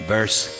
Verse